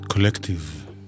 Collective